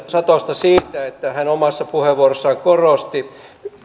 satosta siitä että hän omassa puheenvuorossaan korosti